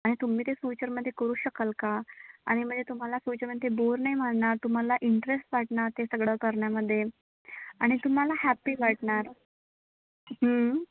आणि तुम्ही ते फ्युचरमध्ये करू शकाल का आणि म्हणजे तुम्हाला फ्युचरमध्ये ते बोर नाही वाटणार तुम्हाला इंटरेस्ट वाटणार ते सगळं करण्यामध्ये आणि तुम्हाला हॅपी वाटणार